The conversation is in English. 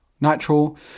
natural